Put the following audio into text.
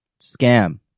scam